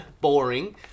boring